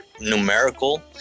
numerical